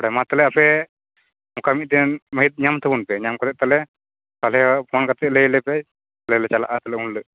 ᱢᱟ ᱛᱟᱦᱚᱞᱮ ᱟᱯᱮ ᱚᱱᱠᱟ ᱢᱤᱛᱫᱤᱱ ᱢᱟᱹᱦᱤᱛ ᱧᱟᱢ ᱛᱟᱵᱚᱱᱯᱮ ᱧᱟᱢ ᱠᱟᱛᱮᱫ ᱛᱟᱦᱚᱞᱮ ᱟᱞᱮᱦᱚ ᱯᱷᱟᱹᱱ ᱠᱟᱛᱮᱫ ᱞᱟᱹᱤ ᱞᱮᱯᱮ ᱟᱞᱮ ᱦᱚᱞᱮ ᱪᱟᱞᱟᱜᱼᱟ ᱩᱱᱦᱤᱞᱚᱜ